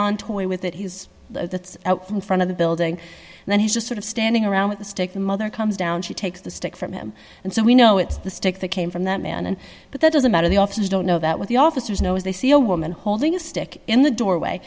toy with it his that's out from front of the building and then he just sort of standing around with the stick the mother comes down she takes the stick from him and so we know it's the stick that came from that man and but that doesn't matter the officers don't know that what the officers know is they see a woman holding a stick in the doorway